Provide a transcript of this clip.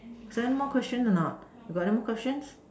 got anymore question or not you got anymore questions